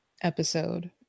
episode